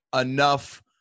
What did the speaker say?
enough